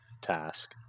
task